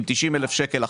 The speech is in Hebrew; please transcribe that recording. עם הכנסה שנתית של 90,000 ₪,